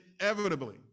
inevitably